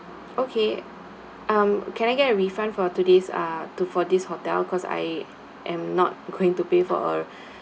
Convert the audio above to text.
okay um can I get a refund for today's uh to for this hotel cause I am not going to pay for a